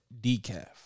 decaf